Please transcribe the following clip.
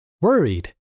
worried